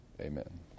Amen